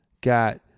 got